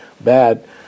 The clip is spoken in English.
bad